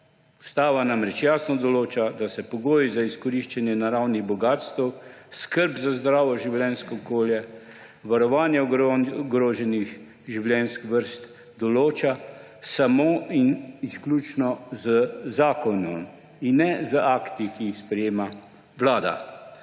Ustava namreč jasno določa, da se pogoji za izkoriščanje naravnih bogastev, skrb za zdravo življenjsko okolje, varovanje ogroženih vrst določajo samo in izključno z zakonom in ne z akti, ki jih sprejema vlada.